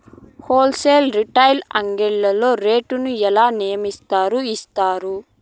Whole sale retail అంగడ్లలో rate ను ఎలా నిర్ణయిస్తారు యిస్తారు?